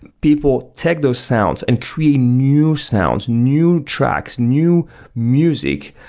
people take those sounds and create new sounds, new tracks, new music.